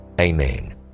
amen